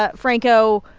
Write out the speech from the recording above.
ah franco,